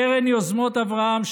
קרן יוזמות אברהם,